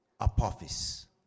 apophis